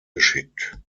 geschickt